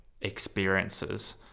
experiences